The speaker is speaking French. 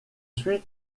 suis